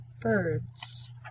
birds